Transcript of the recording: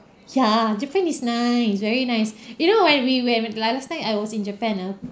ya japan is nice is very nice you know when we when like last time I was in japan ah